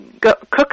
cook